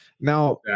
Now